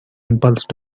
impulse